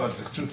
נדחה.